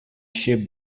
sheep